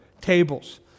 tables